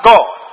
God